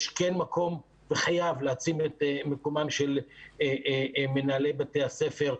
יש כן מקום וחייב להציב את מקומם של מנהלי בתי הספר,